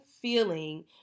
feeling